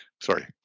Sorry